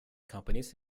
companies